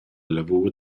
lavur